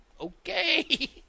Okay